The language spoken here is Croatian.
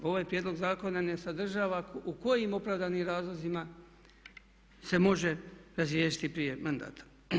Ovaj prijedlog zakona ne sadržava u kojim opravdanim razlozima se može razriješiti prije mandata.